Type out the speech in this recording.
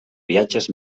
viatges